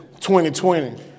2020